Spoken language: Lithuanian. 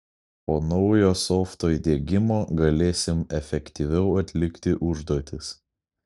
po naujo softo įdiegimo galėsim efektyviau atlikti užduotis